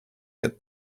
get